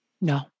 No